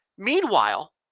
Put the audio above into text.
Meanwhile